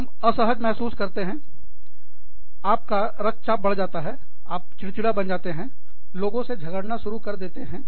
हम असहज महसूस करते हैं आप का रक्तचाप बढ़ सकता है अब चिड़चिड़ा बन जाते हो लोगों से झगड़ना शुरू कर देते हैं